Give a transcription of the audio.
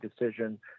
decision